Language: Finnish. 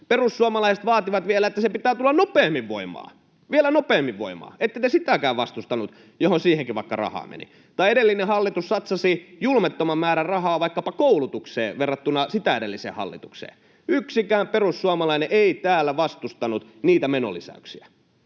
Perussuomalaiset vaativat vielä, että sen pitää tulla nopeammin voimaan, vielä nopeammin voimaan. Ette te sitäkään vastustaneet, vaikka siihenkin rahaa meni. Tai edellinen hallitus satsasi julmettoman määrän rahaa vaikkapa koulutukseen verrattuna sitä edelliseen hallitukseen. Yksikään perussuomalainen ei täällä vastustanut niitä menolisäyksiä.